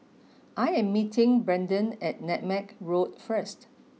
I am meeting Brendan at Nutmeg Road first